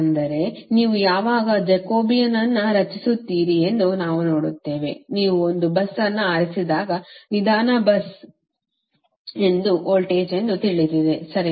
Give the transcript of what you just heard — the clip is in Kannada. ಅಂದರೆ ನೀವು ಯಾವಾಗ ಜಾಕೋಬೀನ್ ಅನ್ನು ರಚಿಸುತ್ತೀರಿ ಎಂದು ನಾವು ನೋಡುತ್ತೇವೆ ನೀವು ಒಂದು ಬಸ್ ಅನ್ನು ಆರಿಸಿದಾಗ ನಿಧಾನ ಬಸ್ ಎಂದು ವೋಲ್ಟೇಜ್ ತಿಳಿದಿದೆ ಸರಿ